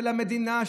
של המדינה,